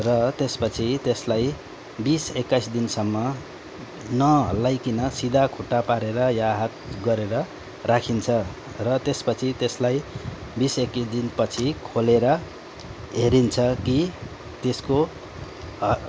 र त्यसपछि त्यसलाई बिस एक्काइस दिनसम्म नहल्लाइकन सिधा खुट्टा पारेर या हात गरेर राखिन्छ र त्यसपछि त्यसलाई बिस एक्किस दिनपछि खोलेर हेरिन्छ कि त्यसको ह